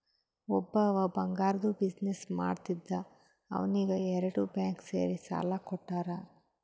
ಒಬ್ಬವ್ ಬಂಗಾರ್ದು ಬಿಸಿನ್ನೆಸ್ ಮಾಡ್ತಿದ್ದ ಅವ್ನಿಗ ಎರಡು ಬ್ಯಾಂಕ್ ಸೇರಿ ಸಾಲಾ ಕೊಟ್ಟಾರ್